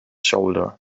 shoulder